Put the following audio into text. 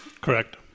Correct